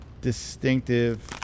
distinctive